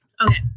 Okay